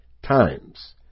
Times